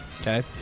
Okay